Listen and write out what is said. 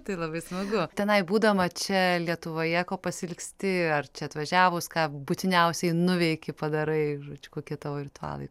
tai labai smagu tenai būdama čia lietuvoje ko pasiilgsti ar čia atvažiavus ką būtiniausiai nuveiki padarai žodžiu kokie tavo ritualai